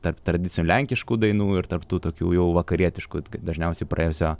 tarp tradicinių lenkiškų dainų ir tarp tų tokių jau vakarietiškų dažniausiai praėjusio